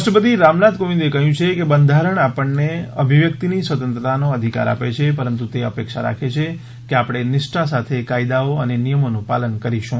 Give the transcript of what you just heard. રાષ્ટ્રપતિ રામનાથ કોવિંદે કહ્યું છે કે બંધારણ આપણને અભિવ્યક્તિની સ્વતંત્રતાનો અધિકાર આપે છે પરંતુ તે અપેક્ષા રાખે છે કે આપણે નિષ્ઠા સાથે કાયદાઓ અને નિયમોનું પાલન કરીશું